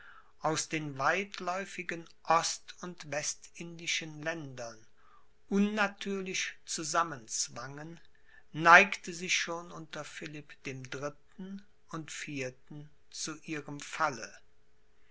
aus den weitläufigen ost und westindischen ländern unnatürlich zusammen zwangen neigte sich schon unter philipp dem dritten und vierten zu ihrem falle